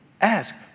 Ask